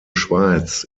schweiz